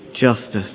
justice